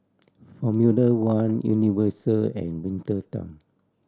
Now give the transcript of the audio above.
Formula One Universal and Winter Time